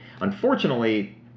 Unfortunately